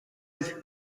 its